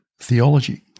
theology